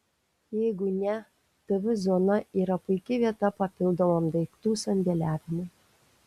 jeigu ne tv zona yra puiki vieta papildomam daiktų sandėliavimui